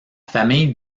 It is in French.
famille